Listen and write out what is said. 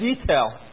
detail